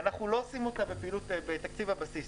אנחנו לא עושים אותה בתקציב הבסיס.